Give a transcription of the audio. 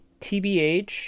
TBH